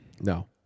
No